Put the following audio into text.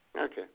Okay